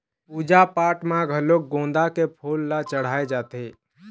पूजा पाठ म घलोक गोंदा के फूल ल चड़हाय जाथे